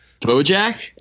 BoJack